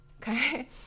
okay